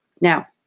Now